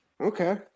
Okay